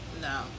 No